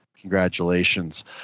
Congratulations